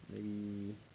hmm